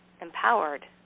empowered